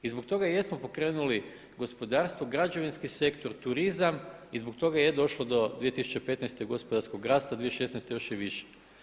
I zbog toga i jesmo pokrenuli gospodarstvo, građevinski sektor, turizam i zbog toga je došlo do 2015. gospodarskog rasta, 2016. još i više.